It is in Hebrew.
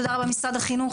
תודה רבה משרד החינוך,